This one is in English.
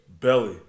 Belly